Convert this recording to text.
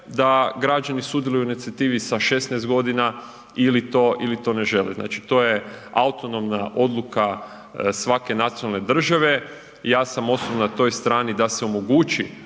da građani sudjeluju u inicijativi sa 16.g. ili to, ili to ne žele, znači to je autonomna odluka svake nacionalne države, ja samo osobno na toj strani da se omogući